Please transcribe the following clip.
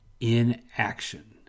inaction